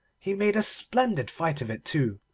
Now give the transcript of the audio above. he made a splendid fight of it too,